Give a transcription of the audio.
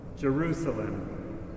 Jerusalem